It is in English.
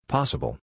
Possible